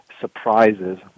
surprises